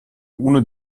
uno